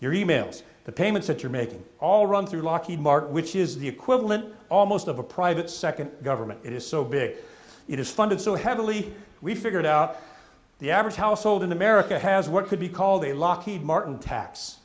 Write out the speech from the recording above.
your e mails the payments that you're making all run through lockheed martin which is the equivalent almost of a private second government it is so big it is funded so heavily we figured out the average household in america has what could be called a lockheed martin tax